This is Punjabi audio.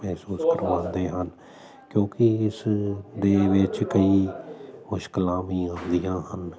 ਮਹਿਸੂਸ ਕਰਵਾਉਂਦੇ ਹਨ ਕਿਉਂਕਿ ਇਸ ਦੇ ਵਿੱਚ ਕਈ ਮੁਸ਼ਕਿਲਾਂ ਵੀ ਆਉਂਦੀਆਂ ਹਨ